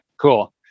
cool